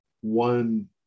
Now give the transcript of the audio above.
one